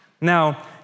Now